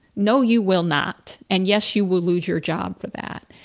no, you will not. and yes, you will lose your job for that.